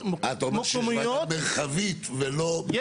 מקומיות --- אתה אומר שיש ועדה מרחבית ולא מקומית.